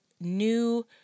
new